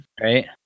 Right